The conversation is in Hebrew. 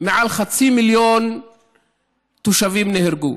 מעל חצי מיליון תושבים נהרגו.